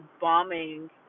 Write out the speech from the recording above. bombing